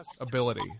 ability